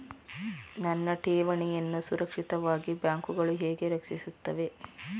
ನನ್ನ ಠೇವಣಿಯನ್ನು ಸುರಕ್ಷಿತವಾಗಿ ಬ್ಯಾಂಕುಗಳು ಹೇಗೆ ರಕ್ಷಿಸುತ್ತವೆ?